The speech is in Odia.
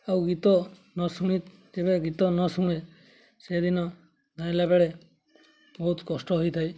ଆଉ ଗୀତ ନ ଶୁଣି ଯେବେ ଗୀତ ନ ଶୁଣେ ସେଦିନ ଧାଇଁଲା ବେଳେ ବହୁତ କଷ୍ଟ ହୋଇଥାଏ